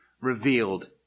revealed